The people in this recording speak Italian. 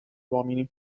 uomini